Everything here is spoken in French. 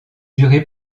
durer